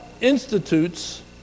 institutes